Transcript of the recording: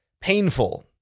painful